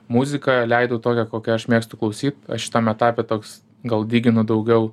muziką leidau tokią kokią aš mėgstu klausyt aš šitam etape toks gal dyginu daugiau